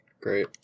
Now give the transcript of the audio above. Great